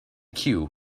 queue